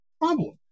problem